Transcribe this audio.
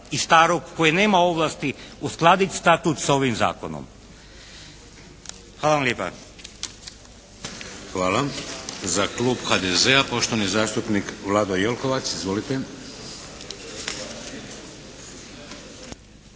i starog koji nema ovlasti uskladit Status sa ovim zakonom. Hvala vam lijepa. **Šeks, Vladimir (HDZ)** Hvala. Za klub HDZ-a poštovani zastupnik Vlado Jelkovac. Izvolite!